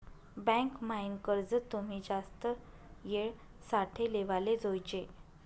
bank म्हाईन कर्ज तुमी जास्त येळ साठे लेवाले जोयजे